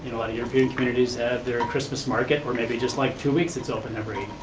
a lot of european communities have their christmas market or maybe just like two weeks it's open every.